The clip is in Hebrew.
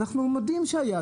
אנחנו מודים שהיו,